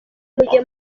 mujye